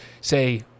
say